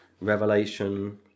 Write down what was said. Revelation